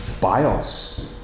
bios